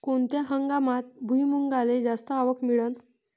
कोनत्या हंगामात भुईमुंगाले जास्त आवक मिळन?